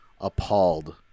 appalled